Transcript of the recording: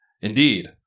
Indeed